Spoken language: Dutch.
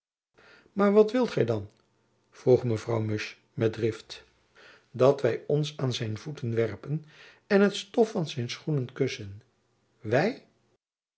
maar wat wilt gy dan vroeg mevrouw musch met drift dat wy ons aan zijn voeten werpen en het stof van zijn schoenen kussen wy